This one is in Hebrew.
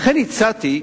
לכן הצעתי,